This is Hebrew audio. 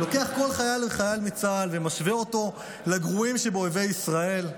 לוקח כל חייל וחייל מצה"ל ומשווה אותו לגרועים שבאויבי ישראל,